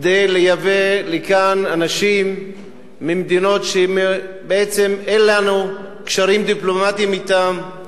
כדי להביא לכאן אנשים ממדינות שבעצם אין לנו קשרים דיפלומטיים אתן,